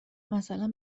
مثلا